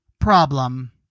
Problem